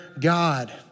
God